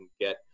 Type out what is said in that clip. get